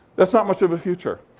that's not much of a future.